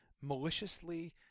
maliciously